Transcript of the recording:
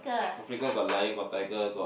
Africa got lion got tiger got